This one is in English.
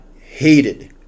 hated